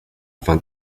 afin